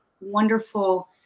wonderful